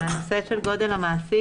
הנושא של גודל המעסיק,